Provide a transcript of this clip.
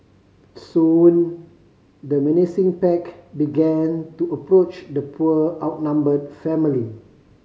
soon the menacing pack began to approach the poor outnumbered family